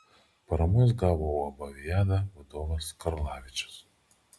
paramos gavo uab viada vadovas karlavičius